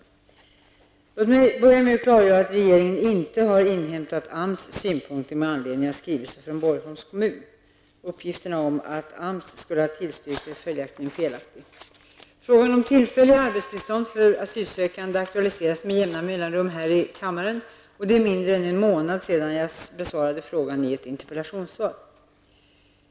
Låt mig börja med att klargöra att regeringen inte har inhämtat AMS synpunkter med anledning av skrivelsen från Borgholms kommun. Uppgiften om att AMS skulle ha tillstyrkt är följaktligen felaktig. Frågan om tillfälliga arbetstillstånd för asylsökande aktualiseras med jämna mellanrum här i kammaren. Det är mindre än en månad sedan jag senast besvarade en sådan fråga i ett interpellationssvar.